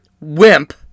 wimp